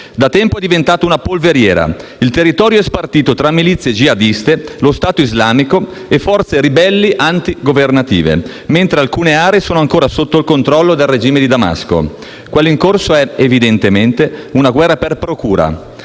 Da tempo è diventato una polveriera. Il territorio è spartito tra milizie jihadiste, lo “stato islamico” e forze ribelli antigovernative, mentre alcune aree sono ancora sotto il controllo del regime di Damasco. Quella in corso è, evidentemente, una guerra per procura,